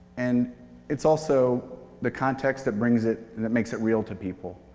and it's also the context that brings it and that makes it real to people.